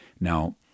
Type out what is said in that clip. Now